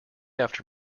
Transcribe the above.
after